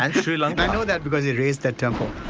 i so like i know that because they razed that temple.